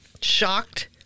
shocked